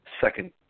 second